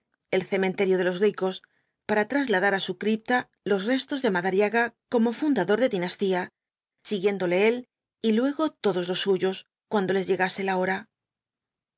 el cementerio de los ricos para trasladar á su cripta los restos de madariaga como fundador de dinastía siguiéndole él y luego todos los suyos cuando les llegase la hora